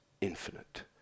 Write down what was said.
infinite